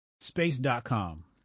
Space.com